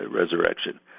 resurrection